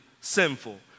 sinful